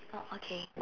oh okay